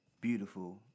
beautiful